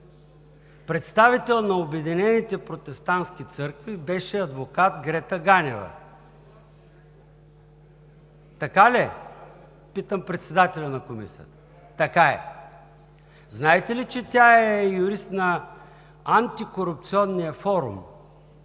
представител на Обединените протестантски църкви беше адвокат Грета Ганева. Така ли е – питам председателя на Комисията? Така е! Знаете ли, че тя е юрист на антикорупционния форум,